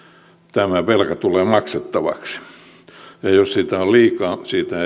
tämä velka tulee maksettavaksi ja jos sitä on liikaa siitä